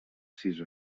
sis